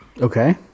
Okay